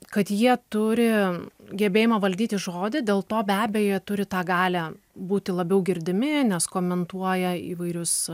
kad jie turi gebėjimą valdyti žodį dėl to be abejo turi tą galią būti labiau girdimi nes komentuoja įvairius